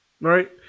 Right